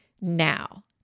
now